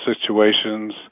situations